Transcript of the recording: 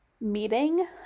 meeting